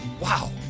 wow